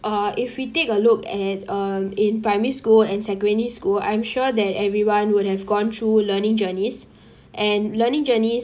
uh if we take a look at uh in primary school and secondary school I'm sure that everyone would have gone through learning journeys and learning journeys